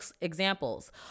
examples